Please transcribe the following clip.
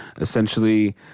essentially